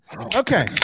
Okay